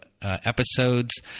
episodes